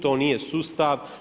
To nije sustav.